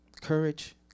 courage